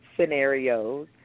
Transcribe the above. scenarios